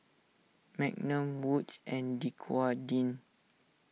Magnum Wood's and Dequadin